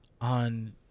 on